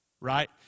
right